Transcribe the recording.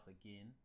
again